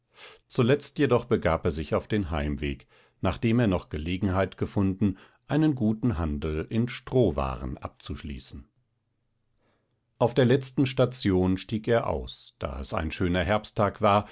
zuletzt jedoch begab er sich auf den heimweg nachdem er noch gelegenheit gefunden einen guten handel in strohwaren abzuschließen auf der letzten station stieg er aus da es ein schöner herbsttag war